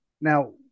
Now